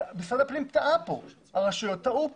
משרד הפנים והרשויות טעו פה.